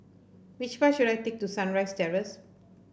which bus should I take to Sunrise Terrace